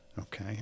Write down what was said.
Okay